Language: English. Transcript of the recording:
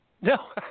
No